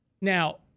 now